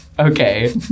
Okay